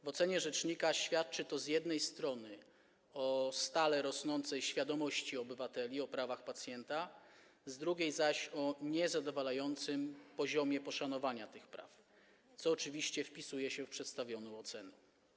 W ocenie rzecznika świadczy to z jednej strony o stale rosnącej świadomości obywateli w zakresie praw pacjenta, z drugiej zaś o niezadowalającym poziomie poszanowania tych praw, co oczywiście wpisuje się w przedstawioną ocenę.